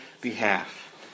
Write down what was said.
behalf